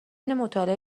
مطالعه